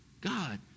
God